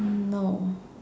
no